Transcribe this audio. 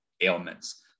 ailments